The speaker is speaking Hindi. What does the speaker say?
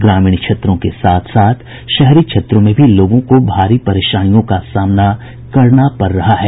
ग्रामीण क्षेत्रों के साथ साथ शहरी क्षेत्रों में भी लोगों को भारी परेशानियों का सामना करना पड़ रहा है